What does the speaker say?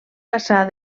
passar